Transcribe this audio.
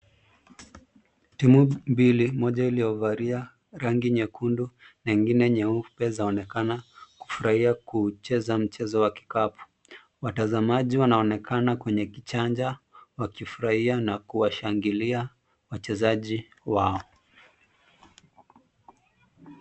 Timu mbili moja iliyovalia rangi nyekundu na ingine nyeupe zinaonekana kufurahia kucheza mchezo wa kikapu. Watazamaji wanonekana kwenye kichanja wakifurahia na kushangilia wachezaji wao.